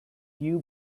few